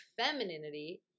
femininity